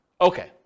Okay